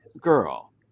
girl